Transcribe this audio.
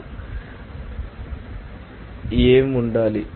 కూడా ఏమి ఉండాలి